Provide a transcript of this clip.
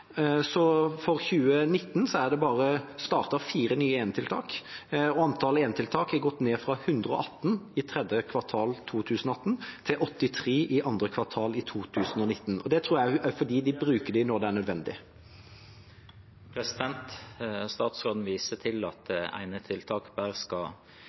så for 2019 er det bare startet fire nye enetiltak. Antall enetiltak har gått ned fra 118 i tredje kvartal 2018 til 83 i andre kvartal 2019. Det tror jeg også er fordi en bruker det når det er nødvendig. Statsråden viser til at enetiltak bare skal